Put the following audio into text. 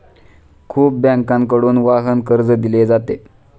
खूप बँकांकडून वाहन कर्ज दिले जाते